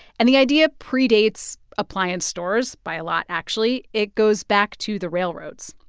and the idea predates appliance stores by a lot actually. it goes back to the railroads.